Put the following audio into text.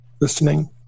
listening